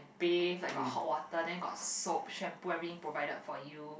bath like got hot water then you got soap shampoo everything provided for you